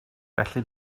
felly